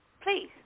Please